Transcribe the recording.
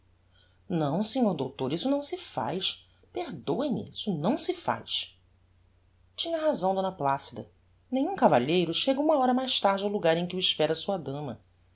não senhor doutor isto não se faz perdoe-me isto não se faz tinha razão d placida nenhum cavalheiro chega uma hora mais tarde ao logar em que o espera a sua dama